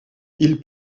ils